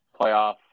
playoff